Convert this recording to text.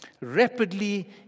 rapidly